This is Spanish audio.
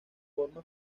forma